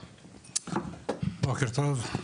בוקר טוב.